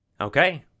Okay